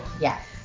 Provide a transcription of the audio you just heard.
Yes